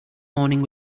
morning